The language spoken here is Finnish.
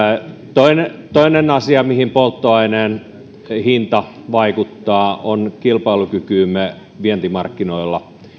toinen toinen asia mihin polttoaineen hinta vaikuttaa on kilpailukykymme vientimarkkinoilla